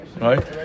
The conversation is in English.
right